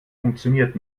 funktioniert